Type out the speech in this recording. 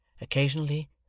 Occasionally